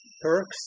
perks